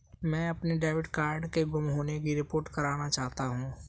मैं अपने debit card के गुम होने की रिपोर्ट करना चाहता हूँ